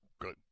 good